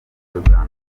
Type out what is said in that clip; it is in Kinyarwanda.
uganda